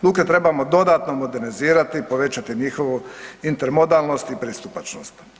Luke trebamo dodatno modernizirati, povećati njihovu intermodalnost i pristupačnost.